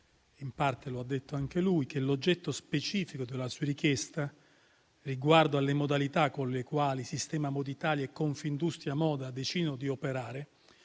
(in parte lo ha detto anche lui) che l'oggetto specifico della sua richiesta, riguardo alle modalità con le quali il sistema moda Italia e Confindustria moda decidono di operare,